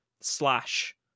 slash